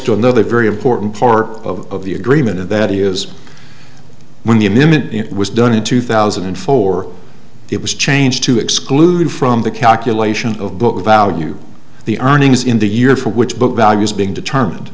to another very important part of the agreement and that is when the image was done in two thousand and four it was changed to exclude from the calculation of book value the earnings in the year for which book values being determined